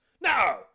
No